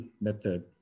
method